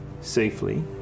safely